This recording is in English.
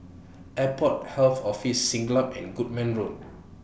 Airport Health Office Siglap and Goodman Road